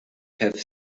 have